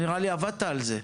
נראה לי שעבדת על זה.